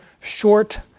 short